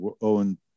Owen